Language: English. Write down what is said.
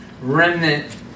remnant